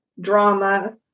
drama